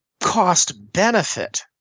cost-benefit